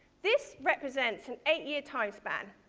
this represents an eight-year time span.